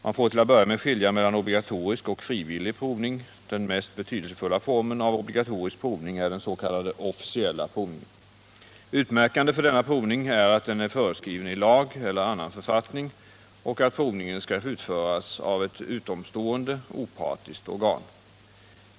Man får till att börja med skilja mellan obligatorisk och frivillig provning. Den mest betydelsefulla formen av obligatorisk provning är den s.k. officiella provningen. Utmärkande för denna provning är att den är föreskriven i lag eller annan författning och att provningen skall utföras av ett utomstående opartiskt organ.